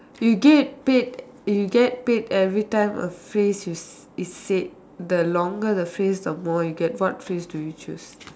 you get paid you get paid everytime a phrase is is said the longer the phrase the more you get what phrase do you choose